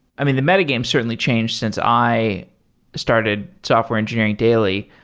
i mean, the meta-game certainly changed since i started software engineering daily.